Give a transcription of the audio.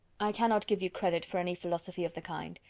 i cannot give you credit for any philosophy of the kind.